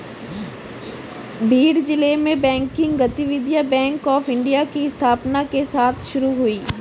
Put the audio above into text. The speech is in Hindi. भिंड जिले में बैंकिंग गतिविधियां बैंक ऑफ़ इंडिया की स्थापना के साथ शुरू हुई